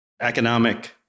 economic